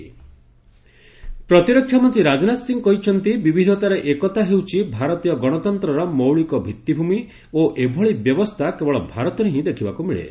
ରାଜନାଥ ସିଂ ପ୍ରତିରକ୍ଷାମନ୍ତ୍ରୀ ରାଜନାଥ ସିଂ କହିଚ୍ଚନ୍ତି ବିବିଧତାରେ ଏକତା ହେଉଛି ଭାରତୀୟ ଗଶତନ୍ତ୍ରର ମୌଳିକ ଭିତ୍ତିଭୂମି ଓ ଏଭଳି ବ୍ୟବସ୍ଥା କେବଳ ଭାରତରେ ହିଁ ଦେଖିବାକୁ ମିଳେ